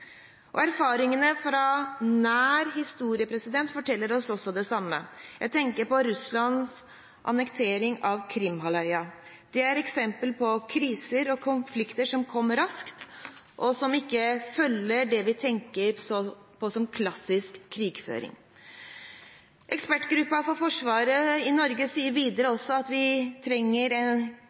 Erfaringene fra nær historie forteller oss også det samme. Jeg tenker på Russlands annektering av Krim-halvøya. Det er et eksempel på kriser og konflikter som kom raskt, og som ikke følger det vi tenker på som klassisk krigføring. Ekspertgruppen for Forsvaret i Norge sier videre